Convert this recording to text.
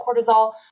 cortisol